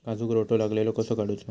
काजूक रोटो लागलेलो कसो काडूचो?